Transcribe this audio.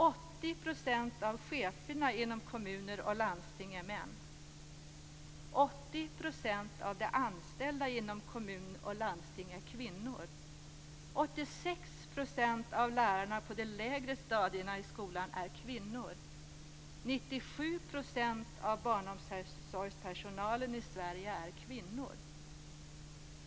80 % av cheferna inom kommuner och landsting är män. 86 % av lärarna på de lägre stadierna i skolan är kvinnor.